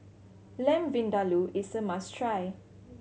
Lamb Vindaloo is a must try